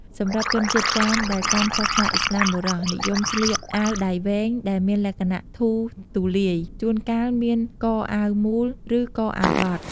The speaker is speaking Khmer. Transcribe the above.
សម្រាប់ជនជាតិចាមដែលកាន់សាសនាឥស្លាមបុរស និយមស្លៀក អាវដៃវែង ដែលមានលក្ខណៈធូរទូលាយ ជួនកាលមានកអាវមូល ឬកអាវបត់។